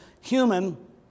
human